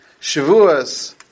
Shavuos